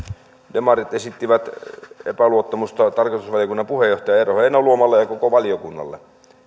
demarit esittivät epäluottamusta tarkastusvaliokunnan puheenjohtaja eero heinäluomalle ja koko valiokunnalle